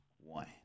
one